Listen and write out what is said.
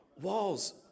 Walls